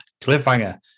cliffhanger